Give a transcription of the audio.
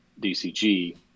DCG